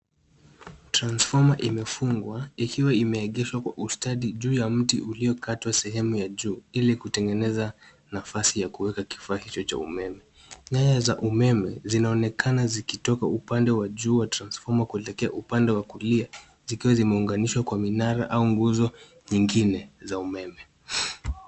Transfoma imefungwa ikiwa imeegeshwa kwa ustadi juu ya mti uliokatwa sehemu ya juu ili kutengeneza nafasi ya kuweka kifaa hicho cha umeme. Nyaya za umeme zinaonekana zikitoka upande wa juu wa transfoma kuelekea upande wa kulia zikiwa zimeunganishwa kwa minara au nguzo nyingine za umeme.